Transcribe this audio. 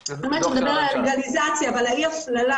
הוא מדבר על הלגליזציה ועל אי ההפללה,